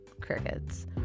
Crickets